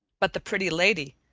but the pretty lady,